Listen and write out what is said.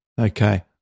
Okay